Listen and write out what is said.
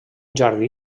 jardí